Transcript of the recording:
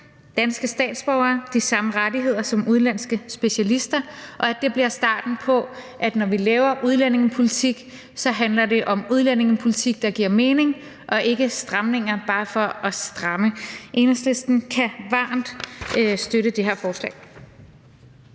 danske statsborgere de samme rettigheder som udenlandske specialister, og at det bliver starten på, at det, når vi laver udlændingepolitik, handler om udlændingepolitik, der giver mening, og ikke stramninger bare for at stramme. Enhedslisten kan varmt støtte det her forslag.